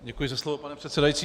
Děkuji za slovo, pane předsedající.